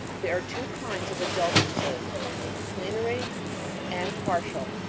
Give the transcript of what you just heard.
there are two kinds of indulgences plenary and partial.